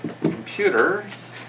computers